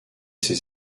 ses